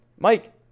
Mike